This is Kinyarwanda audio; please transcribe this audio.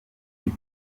biti